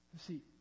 See